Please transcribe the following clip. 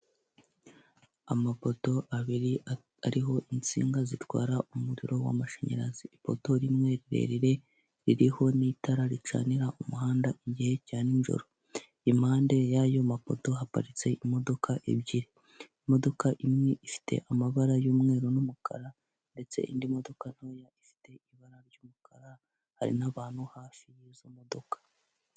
Amapoto abiri ariho insinga zitwara umuriro wamashanyarazi ipoto rimwe rirerire ririho n'itara ricanira umuhanda igihe cya nijoro impande y'ayo mapoto haparitse imodoka ebyiri imodoka imwe ifite amabara y'umweru n'umukara ndetse indi modoka ntoya ifite ibara ry'umukara hari n'abantu hafi yizo modoka.